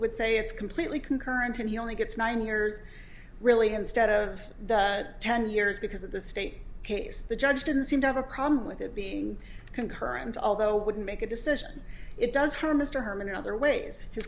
would say it's completely concurrent and he only gets nine years really instead of the ten years because of the state case the judge didn't seem to have a problem with it being concurrent although it wouldn't make a decision it does her mr herman in other ways